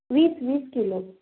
वीस वीस किलो